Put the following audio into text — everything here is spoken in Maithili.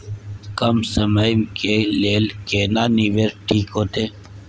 कम समय के लेल केना निवेश ठीक होते?